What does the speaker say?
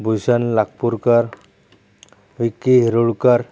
Bhushan Lagpurkar Vicky Rulkar